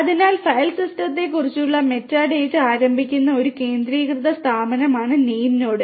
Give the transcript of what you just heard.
അതിനാൽ ഫയൽ സിസ്റ്റത്തെക്കുറിച്ചുള്ള മെറ്റാഡാറ്റ സംഭരിക്കുന്ന ഒരു കേന്ദ്രീകൃത സ്ഥാപനമാണ് നെയിംനോഡ്